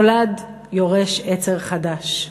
נולד יורש עצר חדש.